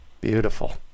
Beautiful